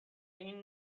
این